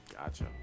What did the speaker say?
Gotcha